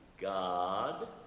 god